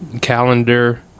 calendar